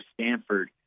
stanford